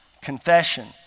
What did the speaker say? confession